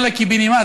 לא לקיבינימט,